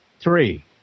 Three